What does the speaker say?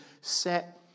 set